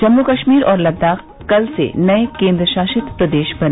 जम्मू कश्मीर और लद्दाख कल से नये केन्द्रशासित प्रदेश बने